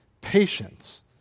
patience